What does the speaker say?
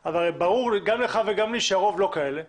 ברור גם לך וגם לי שרוב המצבים הם לא כאלה,